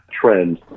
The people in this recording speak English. trend